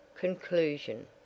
CONCLUSION